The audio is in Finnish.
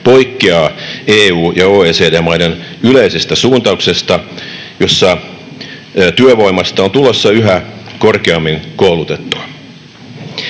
poikkeaa EU- ja OECD-maiden yleisestä suuntauksesta, jossa työvoimasta on tulossa yhä korkeammin koulutettua.